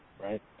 right